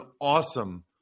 awesome